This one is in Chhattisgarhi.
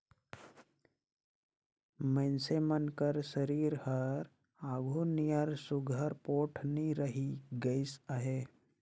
मइनसे मन कर सरीर हर आघु नियर सुग्घर पोठ नी रहि गइस अहे